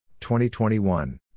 2021